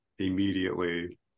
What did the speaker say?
Immediately